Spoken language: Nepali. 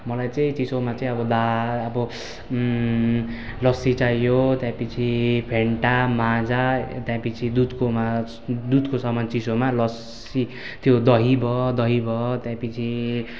मलाई चाहिँ चिसोमा चाहिँ अब दाल अब लस्सी चाहियो त्यसपछि फेन्टा माजा त्यसपछि दुधकोमा दुधको सामान चिसोमा लस्सी त्यो दही भयो दही भयो त्यसपछि